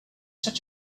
such